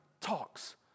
talks